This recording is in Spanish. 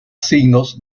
signos